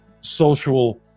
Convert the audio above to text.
social